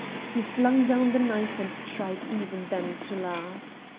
he flung down the knife and tried even then to laugh.